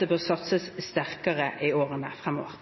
det bør satses sterkere i årene fremover.